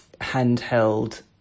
handheld